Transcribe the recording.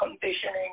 conditioning